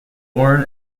born